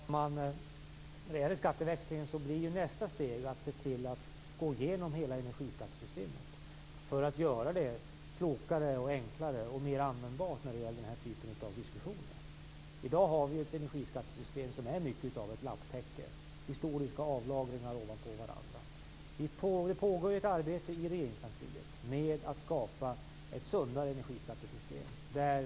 Fru talman! När det gäller skatteväxlingen blir nästa steg att gå igenom hela energiskattesystemet för att göra det klokare, enklare och mer användbart i denna typ av diskussioner. I dag har vi ett energiskattesystem som är mycket av ett lapptäcke - historiska avlagringar ovanpå varandra. Det pågår ett arbete i Regeringskansliet med att skapa ett sundare energiskattesystem.